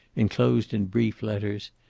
enclosed in brief letters,